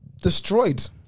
destroyed